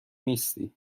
نیستی